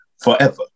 forever